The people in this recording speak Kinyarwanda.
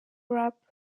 rap